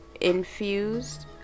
infused